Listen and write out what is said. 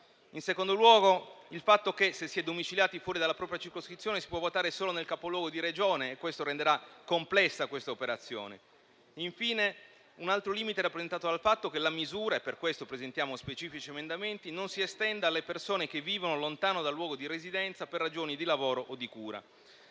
In secondo luogo, penso al fatto che, se si è domiciliati fuori dalla propria circoscrizione, si può votare solo nel capoluogo di Regione e ciò renderà complessa l'operazione. Infine, un altro limite è rappresentato dal fatto che la misura - per questo presentiamo specifici emendamenti - non si estenda alle persone che vivono lontano dal luogo di residenza per ragioni di lavoro o di cura.